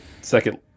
second